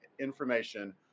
information